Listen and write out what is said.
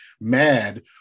mad